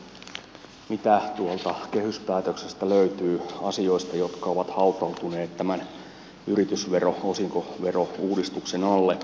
muutama ihan yksittäinen kommentti vielä siihen mitä tuolta kehyspäätöksestä löytyy asioista jotka ovat hautautuneet tämän yritysvero osinkovero uudistuksen alle